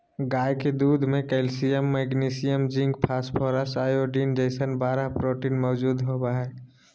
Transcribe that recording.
गाय के दूध में calcium, magnesium, zinc, phosphorus, iodine जैसन बारह प्रोटीन मौजूद होबा हइ